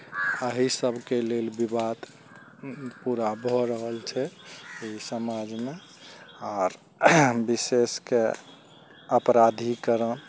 अहि सबके लेल विवाद पूरा भऽ रहल छै अइ समाजमे आर विशेषके अपराधिकरण